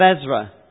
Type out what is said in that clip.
Ezra